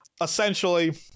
Essentially